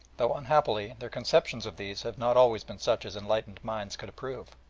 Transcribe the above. though, unhappily, their conceptions of these have not always been such as enlightened minds could approve.